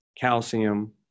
calcium